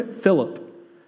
Philip